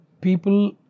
people